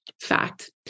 fact